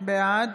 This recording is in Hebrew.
בעד